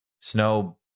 snow